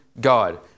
God